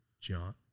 John